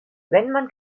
man